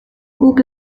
guk